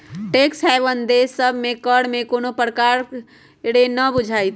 tax haven देश सभ में कर में कोनो प्रकारे न बुझाइत